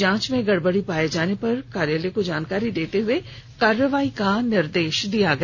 जांच में गड़बड़ी पाये जाने पर कार्यालय को जानकारी देते हुए कार्रवाई का निर्देश दिया गया